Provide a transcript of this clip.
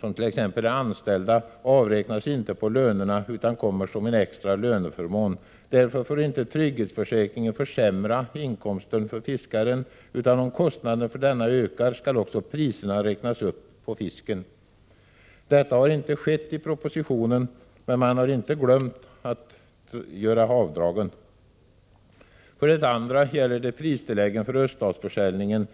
som t.ex. är anställda avräknas inte på lönerna utan kommer som en extra löneförmån. Därför får inte trygghetsförsäkringen försämra inkomsterna för fiskaren, utan om kostnaderna för denna ökar skall också priserna på fisken räknas upp. Detta har inte skett i propositionen, men man har inte glömt bort att göra avdragen. För det andra gäller det pristilläggen vid öststatsförsäljning.